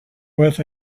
with